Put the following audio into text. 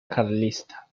carlista